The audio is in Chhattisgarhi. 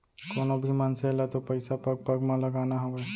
कोनों भी मनसे ल तो पइसा पग पग म लगाना हावय